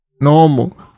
normal